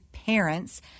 Parents